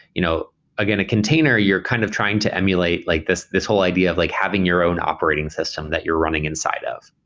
you know again, a container, you're kind of trying to emulate like this this whole idea of like having your own operating system that you're running inside of.